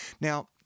Now